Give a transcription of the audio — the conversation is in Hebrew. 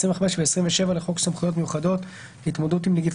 25 ו-27 לחוק סמכויות מיוחדות להתמודדות עם נגיף